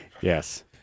Yes